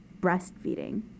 breastfeeding